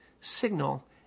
signal